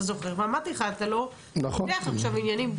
ואמרתי לך שאתה לא פותח עכשיו עניינים אישיים.